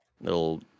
little